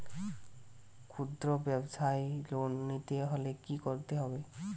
খুদ্রব্যাবসায় লোন নিতে হলে কি করতে হবে?